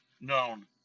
known